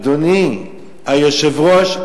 אדוני היושב-ראש,